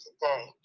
today